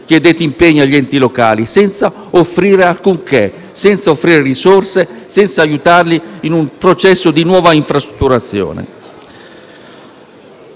chiedete impegni agli enti locali senza offrire alcunché, senza offrire risorse e senza aiutarli in un processo di nuova infrastrutturazione.